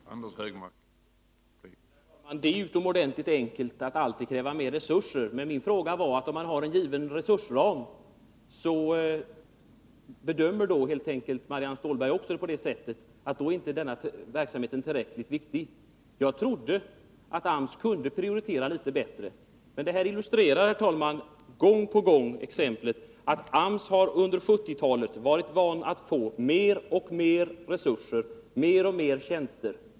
Herr talman! Det är utomordentligt enkelt att alltid kräva mer resurser. Men min fråga löd: Om man har en given resursram, bedömer då också Marianne Stålberg det så att denna verksamhet inte är tillräckligt viktig? Jag trodde att AMS kunde prioritera litet bättre. Detta illustrerar, herr talman, gång på gång att AMS under 1970-talet varit van att få mer och mer resurser, fler och fler tjänster.